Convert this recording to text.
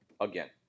again